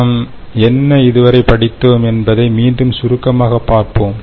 நாம் என்ன இதுவரை படித்தோம் என்பதை மீண்டும் சுருக்கமாக பார்ப்போம்